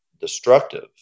destructive